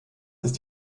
ist